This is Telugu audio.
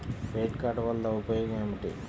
క్రెడిట్ కార్డ్ వల్ల ఉపయోగం ఏమిటీ?